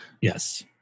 Yes